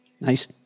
Nice